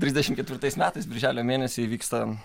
trisdešimt ketvirtais metais birželio mėnesį įvyksta